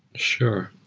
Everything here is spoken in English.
sure.